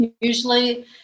Usually